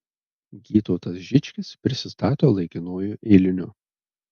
gytautas žičkis prisistato laikinuoju eiliniu